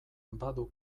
badu